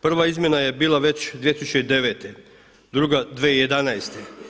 Prva izmjena je bila već 2009., druga 2011.